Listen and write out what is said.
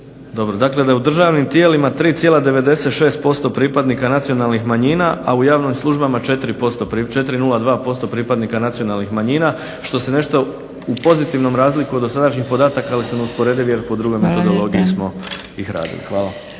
Dobro, dakle da je u državnim tijelima 3,96% pripadnika nacionalnih manjina a u javnim službama 4,02% pripadnika nacionalnih manjina što se nešto u pozitivnom razlikuje od dosadašnjih podataka ali su neusporedivi jer po drugoj metodologiji smo ih radili. Hvala.